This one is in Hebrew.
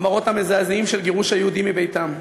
המראות המזעזעים של גירוש יהודים מביתם,